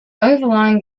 overlying